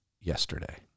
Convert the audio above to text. yesterday